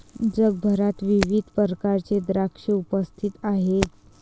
जगभरात विविध प्रकारचे द्राक्षे उपस्थित आहेत